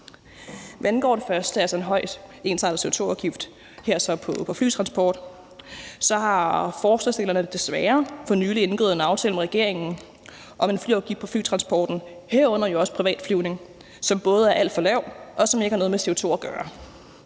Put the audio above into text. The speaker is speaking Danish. Hvad angår det første, altså en høj, ensartet CO2-afgift, her på flytransport, har forslagsstillerne desværre for nylig indgået en aftale med regeringen om en flyafgift på flytransporten, herunder jo også privatflyvning, som både er alt for lav, og som ikke har noget med CO2 at gøre.